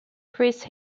chris